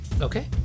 Okay